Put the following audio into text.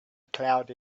cloud